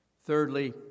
Thirdly